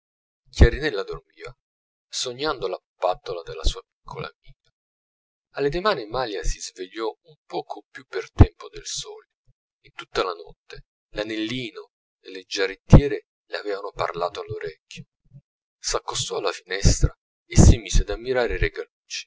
chiarinella dormiva sognando la pupattola della sua piccola amica alla dimane malia si svegliò un poco più per tempo del solito in tutta la notte l'anellino e le giarrettiere le aveano parlato all'orecchio s'accostò alla finestra e si mise ad ammirare